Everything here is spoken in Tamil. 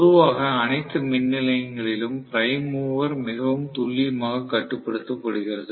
பொதுவாக அனைத்து மின் நிலையங்களிலும் பிரைம் மூவர் மிகவும் துல்லியமாக கட்டுப்படுத்தப்படுகிறது